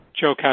Joe